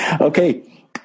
okay